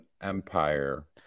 empire